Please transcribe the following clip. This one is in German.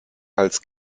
als